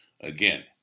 Again